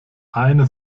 eine